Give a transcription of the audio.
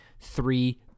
three